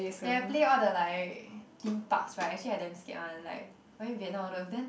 when I play all the like theme parks right actually I damn scared one like went Vietnam all those then